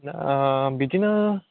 दा बिदिनो